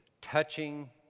touching